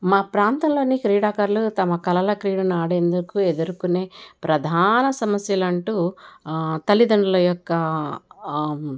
మా ప్రాంతంలోని క్రీడాకారులు తమ కళల క్రీడను ఆడేందుకు ఎదుర్కొనే ప్రధాన సమస్యలంటూ తల్లిదండ్రుల యొక్క